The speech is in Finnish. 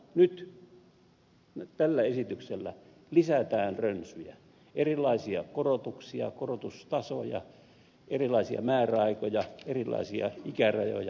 nyt tällä esityksellä lisätään rönsyjä erilaisia korotuksia korotustasoja erilaisia määräaikoja erilaisia ikärajoja ja niin edelleen